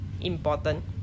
important